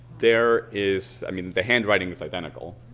there is, i mean the handwriting is identical